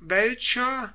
welcher